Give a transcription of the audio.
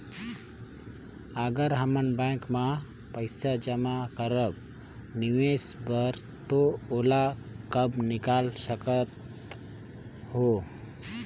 अगर हमन बैंक म पइसा जमा करब निवेश बर तो ओला कब निकाल सकत हो?